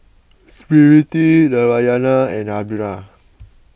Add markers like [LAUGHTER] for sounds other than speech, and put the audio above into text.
Smriti Narayana and [UNINTELLIGIBLE]